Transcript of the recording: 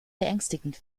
beängstigend